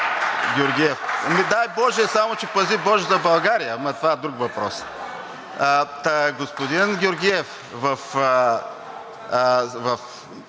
Ами дай боже, само че пази боже за България, но това е друг въпрос. Господин Георгиев, ако